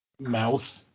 mouth